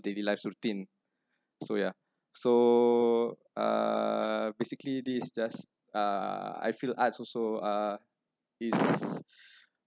daily life routine so yeah so uh basically this is just uh I feel arts also uh is